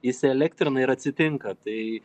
įsielektrina ir atsitinka tai